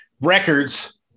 records